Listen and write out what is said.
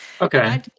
Okay